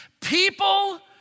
People